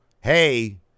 Hey